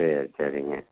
சரி சரிங்க